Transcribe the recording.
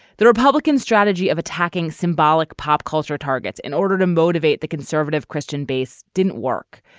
the republican strategy of attacking symbolic pop culture targets in order to motivate the conservative christian base didn't work.